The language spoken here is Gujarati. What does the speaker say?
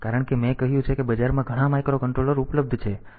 કારણ કે મેં કહ્યું છે કે બજારમાં ઘણા માઇક્રોકંટ્રોલર ઉપલબ્ધ છે